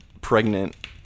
pregnant